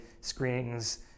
screenings